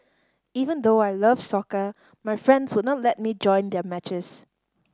even though I love soccer my friends would not let me join their matches